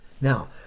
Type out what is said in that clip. Now